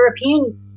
European